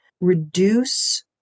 reduce